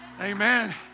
Amen